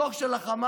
הדוח של החמאס,